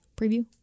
preview